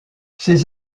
ses